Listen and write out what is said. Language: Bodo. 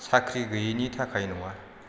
साख्रि गैयैनि थाखाय नङा